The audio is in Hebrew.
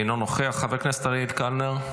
אינו נוכח, חבר הכנסת אריאל קלנר,